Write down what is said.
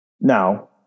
Now